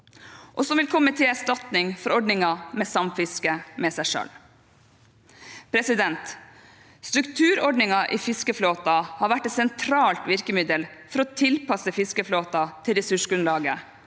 og som vil komme til erstatning for ordningen med samfiske med seg selv. Strukturordninger i fiskeflåten har vært et sentralt virkemiddel for å tilpasse fiskeflåten til ressursgrunnlaget